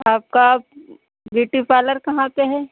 आपका beauty parlour कहाँ पर है